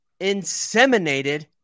inseminated